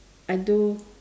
I do